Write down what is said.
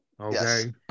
Okay